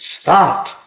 start